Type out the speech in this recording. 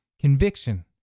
conviction